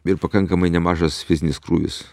ir pakankamai nemažas fizinis krūvis